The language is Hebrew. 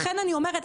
לכן אני אומרת,